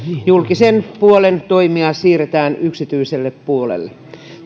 julkisen puolen toimia siirretään yksityiselle puolelle